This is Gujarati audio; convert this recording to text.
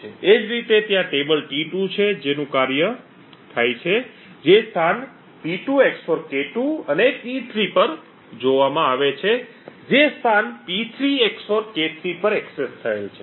એ જ રીતે ત્યાં ટેબલ T2 છે જેનું કાર્ય થાય છે જે સ્થાન P2 XOR K2 અને T3 પર જોવામાં આવે છે જે સ્થાન P3 XOR K3 પર એક્સેસ થયેલ છે